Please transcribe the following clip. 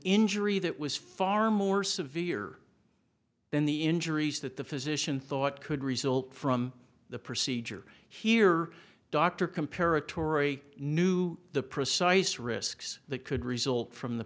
injury that was far more severe than the injuries that the physician thought could result from the procedure here dr compare atory knew the precise risks that could result from the